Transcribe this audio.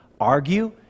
argue